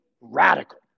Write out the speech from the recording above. radical